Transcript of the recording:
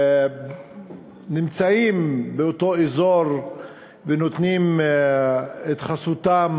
הם נמצאים באותו אזור ונותנים את חסותם